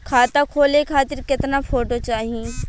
खाता खोले खातिर केतना फोटो चाहीं?